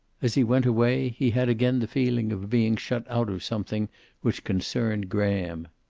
as he went away he had again the feeling of being shut out of something which concerned graham.